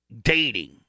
dating